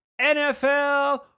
NFL